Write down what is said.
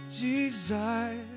desire